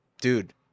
dude